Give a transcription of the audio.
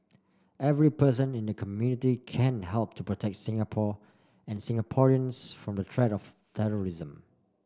every person in the community can help to protect Singapore and Singaporeans from the threat of terrorism